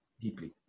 deeply